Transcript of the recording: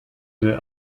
mir